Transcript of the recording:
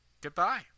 goodbye